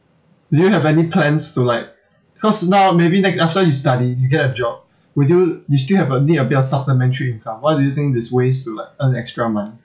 do you have any plans to like cause now maybe next after you study you get a job would you you still have a need a bit of supplementary income what do you think there's ways to like earn extra money